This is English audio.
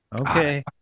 Okay